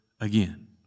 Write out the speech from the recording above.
again